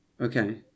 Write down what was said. Okay